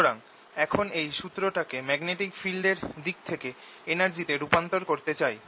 সুতরাং এখন এই সুত্রটাকে ম্যাগনেটিক ফিল্ড এর দিক থেকে energy তে রূপান্তর করতে চাই